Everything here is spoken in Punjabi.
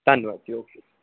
ਧੰਨਵਾਦ ਜੀ ਓਕੇ